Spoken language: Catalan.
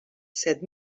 set